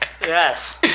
Yes